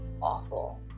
awful